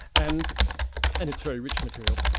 and and it's very rich material.